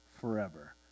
forever